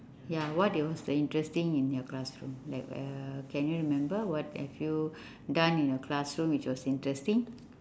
ya what was the interesting in your classroom like uh can you remember what have you done in your classroom which was interesting